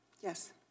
Yes